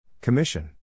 Commission